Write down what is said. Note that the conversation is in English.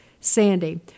Sandy